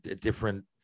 different